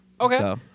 Okay